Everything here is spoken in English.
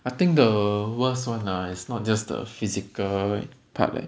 I think the worst one ah it's not just the physical part leh